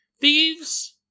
Thieves